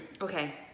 okay